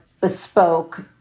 bespoke